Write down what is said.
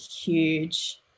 huge